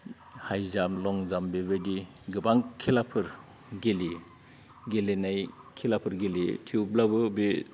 high jump long jump बेबायदि गोबां खेलाफोर गेलेयो गेलेनाय खेलाफोर गेलेयो थेवब्लाबो बे